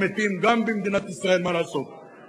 אם היא לא תהיה מלווה בנושא של איכות החיים,